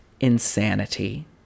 insanity